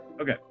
okay